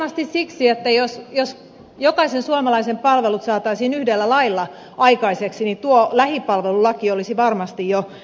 varmasti siksi että jos jokaisen suomalaisen palvelut saataisiin yhdellä lailla aikaiseksi niin tuo lähipalvelulaki olisi varmasti jo säädetty